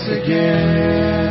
again